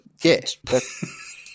Yes